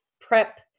prep